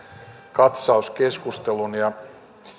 katsauskeskustelun